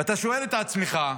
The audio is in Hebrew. ואתה שואל את עצמך,